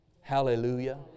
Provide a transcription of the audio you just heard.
Hallelujah